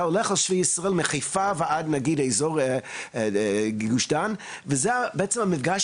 אתה הולך על שביל ישראל מחיפה ועד נגיד אזור גוש דן וזה בעצם המפגש